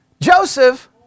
Joseph